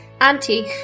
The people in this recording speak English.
Auntie